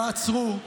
תעצרו,